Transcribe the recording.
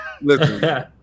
Listen